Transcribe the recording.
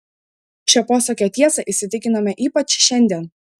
šio posakio tiesa įsitikinome ypač šiandien